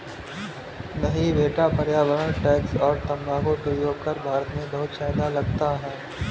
नहीं बेटा पर्यावरण टैक्स और तंबाकू प्रयोग कर भारत में बहुत ज्यादा लगता है